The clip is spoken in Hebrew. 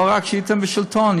לא רק שהייתם בשלטון,